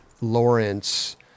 Lawrence